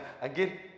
Again